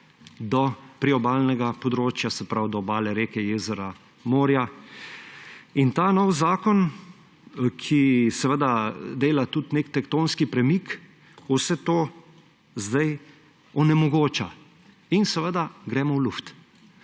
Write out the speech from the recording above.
do priobalnega področja, se pravi do obale reke, jezera, morja. In ta nov zakon, ki seveda dela tudi nek tektonski premik, vse to sedaj onemogoča in seveda ‒ gremo v luft!